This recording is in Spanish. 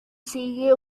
sigue